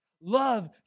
love